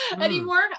anymore